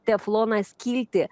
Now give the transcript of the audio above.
teflonas kilti